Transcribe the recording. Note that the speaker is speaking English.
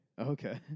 Okay